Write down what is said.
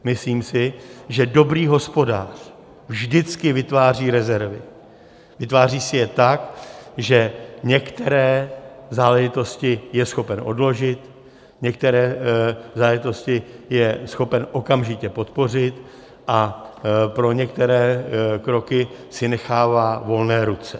Myslím si, že dobrý hospodář vždycky vytváří rezervy, vytváří si je tak, že některé záležitosti je schopen odložit, některé záležitosti je schopen okamžitě podpořit a pro některé kroky si nechává volné ruce.